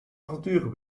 avonturen